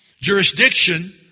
jurisdiction